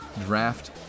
draft